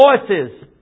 voices